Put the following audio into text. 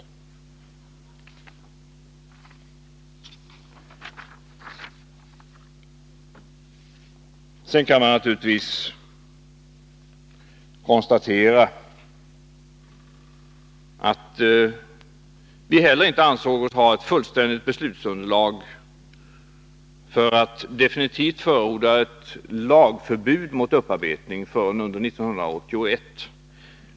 Till sist kan man naturligtvis också konstatera att vi inte heller ansåg oss ha ett tillräckligt beslutsunderlag för att definitivt förorda ett lagstadgat förbud mot upparbetning förrän under 1981.